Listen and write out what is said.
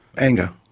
anger,